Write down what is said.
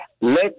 Let